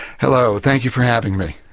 hello, thank you for having me.